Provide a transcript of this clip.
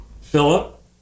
philip